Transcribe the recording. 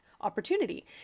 opportunity